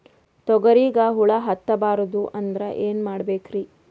ತೊಗರಿಗ ಹುಳ ಹತ್ತಬಾರದು ಅಂದ್ರ ಏನ್ ಮಾಡಬೇಕ್ರಿ?